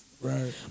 Right